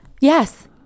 yes